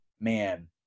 Man